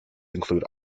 include